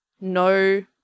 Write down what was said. no